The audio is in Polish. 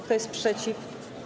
Kto jest przeciw?